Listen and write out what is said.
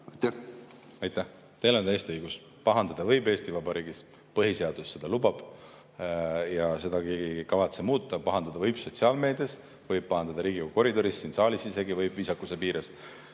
Aitäh! Teil on täiesti õigus: pahandada võib Eesti Vabariigis. Põhiseadus seda lubab ja seda ei kavatse keegi muuta. Pahandada võib sotsiaalmeedias, pahandada võib Riigikogu koridoris, siin saalis isegi võib viisakuse piires.